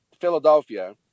Philadelphia